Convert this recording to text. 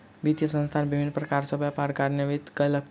वित्तीय संस्थान विभिन्न प्रकार सॅ व्यापार कार्यान्वित कयलक